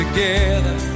Together